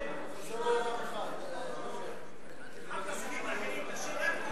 אל תשים את האחרים, תשאיר רק את ירושלים.